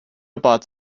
about